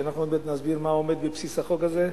אנחנו באמת נסביר מה עומד בבסיס החוק הזה,